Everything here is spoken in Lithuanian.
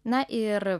na ir